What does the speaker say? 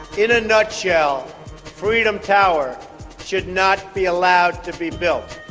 in a nutshell freedom tower should not be allowed to be built.